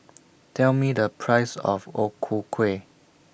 Tell Me The Price of O Ku Kueh